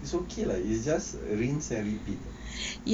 it's okay lah it's just arrange and repeat